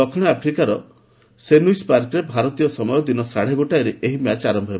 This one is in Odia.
ଦକ୍ଷିଣ ଆଫ୍ରିକାର ପୋଚଫେଷ୍ଟୁମର ସେନଓ୍ବସ୍ ପାର୍କରେ ଭାରତୀୟ ସମୟ ଦିନ ସାଢ଼େ ଗୋଟାଏରେ ଏହି ମ୍ୟାଚ୍ ଆରମ୍ଭ ହେବ